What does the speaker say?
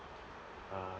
uh